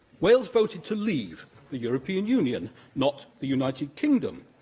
wales voted to leave the european union, not the united kingdom,